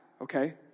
Okay